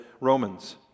Romans